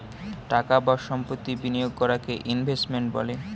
টাকা বা সম্পত্তি বিনিয়োগ করাকে ইনভেস্টমেন্ট বলে